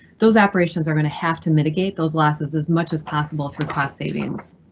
those operations are gonna have to mitigate those losses as much as possible through cost savings.